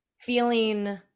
feeling